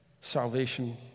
salvation